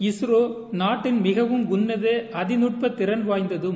ISRO நாட்டின் மிகவும் உன்னத அதிநட்ப திறன் வாய்ந்ததம்